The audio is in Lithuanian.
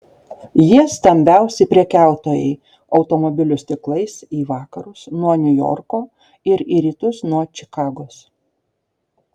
jie stambiausi prekiautojai automobilių stiklais į vakarus nuo niujorko ir į rytus nuo čikagos